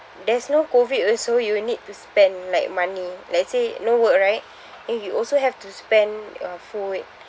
there's no COVID also you need to spend like money let's say no work right and you also have to spend on food